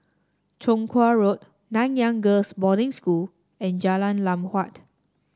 Chong Kuo Road Nanyang Girls' Boarding School and Jalan Lam Huat